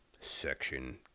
section